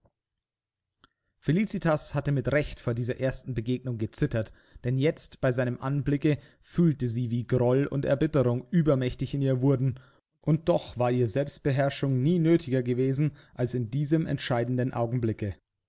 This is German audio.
felicitas hatte mit recht vor dieser ersten begegnung gezittert denn jetzt bei seinem anblicke fühlte sie wie groll und erbitterung übermächtig in ihr wurden und doch war ihr selbstbeherrschung nie nötiger gewesen als in diesem entscheidenden augenblicke